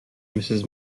mrs